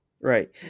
Right